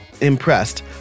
impressed